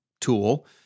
tool